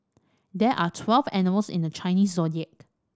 there are twelve animals in the Chinese Zodiac